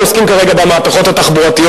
אנחנו עוסקים כרגע במהפכות התחבורתיות,